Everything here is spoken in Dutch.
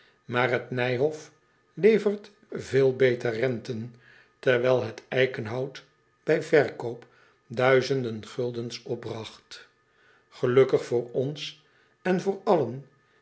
maar het ijhof levert veel beter renten terwijl het eikenhout bij verkoop duizenden guldens opbragt elukkig voor ons en voor allen